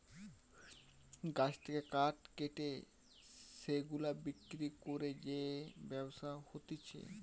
গাছ থেকে কাঠ কেটে সেগুলা বিক্রি করে যে ব্যবসা হতিছে